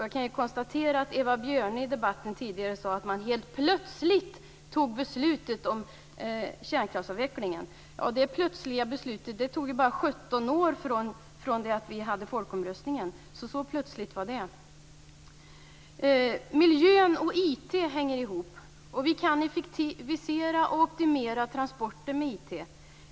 Jag kan konstatera att Eva Björne i debatten tidigare i dag sade att man helt plötsligt fattade beslutet om kärnkraftsavveckling. Det plötsliga beslutet tog bara 17 år från det att vi hade en folkomröstning att fatta. Så plötsligt var det. Miljö och IT hänger ihop. Vi kan effektivisera och optimera transporter med IT.